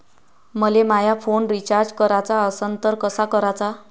मले माया phone recharge कराचा असन तर कसा कराचा?